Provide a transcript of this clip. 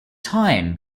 time